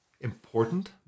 important